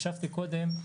הקשבתי קודם,